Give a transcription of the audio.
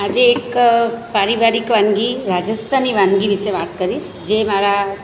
આજે એક પારિવારિક વાનગી રાજસ્થાની વાનગી વિષે વાત કરીશ જે મારા